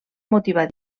motivar